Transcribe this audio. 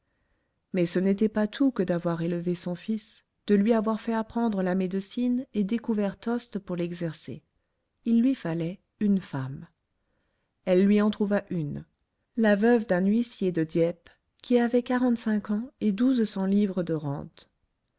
mais ce n'était pas tout que d'avoir élevé son fils de lui avoir fait apprendre la médecine et découvert tostes pour l'exercer il lui fallait une femme elle lui en trouva une la veuve d'un huissier de dieppe qui avait quarante-cinq ans et douze cents livres de rente